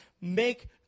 make